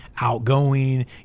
outgoing